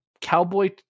cowboy